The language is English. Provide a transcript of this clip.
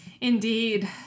Indeed